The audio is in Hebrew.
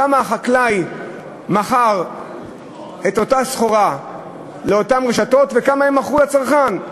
בכמה החקלאי מכר את אותה סחורה לאותן רשתות ובכמה הן מכרו לצרכן.